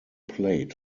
played